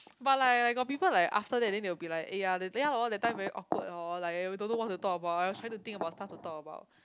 but like like got people like after then they'll be like eh ya eh ya lor that time very awkward hor like eh we don't know what to talk about I trying to think about stuff to talk about